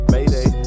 Mayday